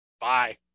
Bye